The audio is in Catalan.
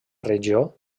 regió